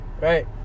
right